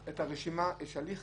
יש הליך